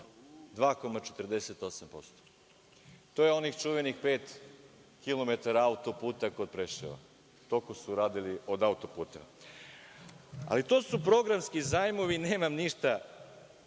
2,48%. To je onih čuvenih pet kilometara autoputa kod Preševa. Toliko su uradili od autoputa. To su programski zajmovi i nemam ništa